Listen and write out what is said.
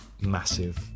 Massive